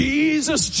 Jesus